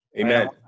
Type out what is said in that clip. Amen